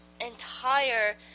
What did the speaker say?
entire